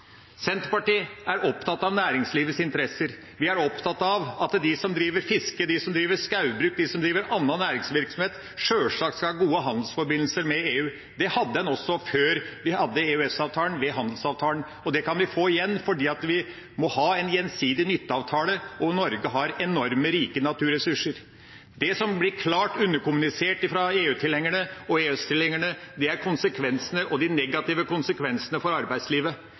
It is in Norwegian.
Senterpartiet er opptatt av næringslivets interesser. Vi er opptatt av at de som driver fiske, de som driver skogbruk, og de som driver annen næringsvirksomhet, sjølsagt skal ha gode handelsforbindelser med EU. Det hadde en også før EØS-avtalen, ved handelsavtalen. Det kan vi få igjen, for vi må ha en gjensidig nytteavtale, og Norge har enormt rike naturressurser. Det som blir klart underkommunisert fra EU-tilhengerne og EØS-tilhengerne, er konsekvensene og de negative konsekvensene for arbeidslivet.